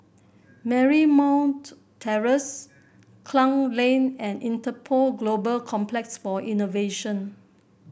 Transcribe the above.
Marymount Terrace Klang Lane and Interpol Global Complex for Innovation